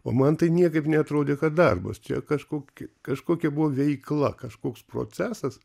o man tai niekaip neatrodė kad darbas čia kažkokia kažkokia buvo veikla kažkoks procesas